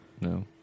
No